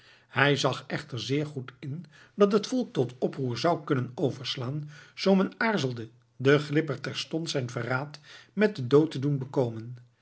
hij zag echter zeer goed in dat het volk tot oproer zou kunnen overslaan zoo men aarzelde den glipper terstond zijn verraad met den dood te doen bekoopen